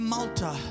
Malta